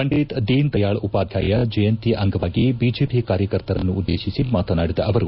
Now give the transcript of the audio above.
ಪಂಡಿತ್ ದೀನ್ ದಯಾಳ್ ಉಪಾಧ್ನಾಯ ಜಯಂತಿ ಅಂಗವಾಗಿ ಬಿಜೆಪಿ ಕಾರ್ಯಕರ್ತರನ್ನು ಉದ್ದೇಶಿಸಿ ಮಾತನಾಡಿದ ಅವರು